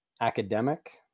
academic